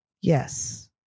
Yes